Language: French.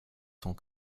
sans